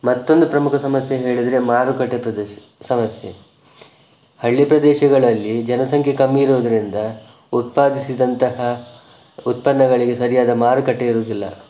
ಮತ್ತೊಂದು ಪ್ರಮುಖ ಸಮಸ್ಯೆ ಹೇಳಿದರೆ ಮಾರುಕಟ್ಟೆ ಪ್ರದೇಶ ಸಮಸ್ಯೆ ಹಳ್ಳಿ ಪ್ರದೇಶಗಳಲ್ಲಿ ಜನಸಂಖ್ಯೆ ಕಮ್ಮಿ ಇರುವುದರಿಂದ ಉತ್ಪಾದಿಸಿದಂತಹ ಉತ್ಪನ್ನಗಳಿಗೆ ಸರಿಯಾದ ಮಾರುಕಟ್ಟೆ ಇರುವುದಿಲ್ಲ